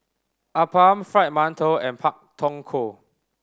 appam Fried Mantou and Pak Thong Ko